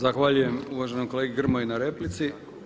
Zahvaljujem uvaženom kolegi Grmoji na replici.